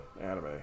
anime